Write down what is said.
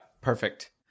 Perfect